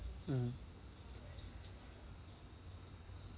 mm